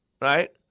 right